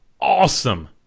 Awesome